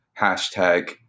Hashtag